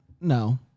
No